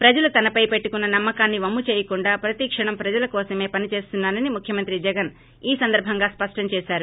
ప్రజలు తనపై పెట్టుకున్న నమ్మకాన్సి వమ్ము చేయకుండా ప్రతీక్షణం ప్రజల కోసమే పనిచేస్తున్నా మన్ ముఖ్యమంత్రి జగన్ ఈ సందర్బంగా స్పష్టం చేశారు